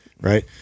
Right